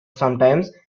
sometimes